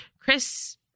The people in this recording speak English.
Chris